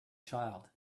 child